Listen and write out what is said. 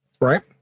right